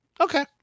Okay